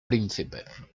príncipe